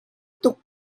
tuk